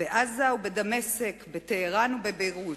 בעזה ובדמשק, בטהרן ובביירות,